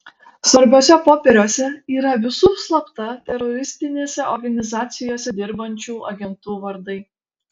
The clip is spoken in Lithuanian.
svarbiuose popieriuose yra visų slapta teroristinėse organizacijose dirbančių agentų vardai